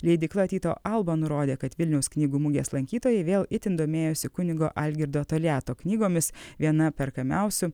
leidykla tyto alba nurodė kad vilniaus knygų mugės lankytojai vėl itin domėjosi kunigo algirdo toliato knygomis viena perkamiausių